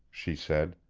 she said.